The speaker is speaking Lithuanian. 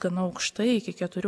gana aukštai iki keturių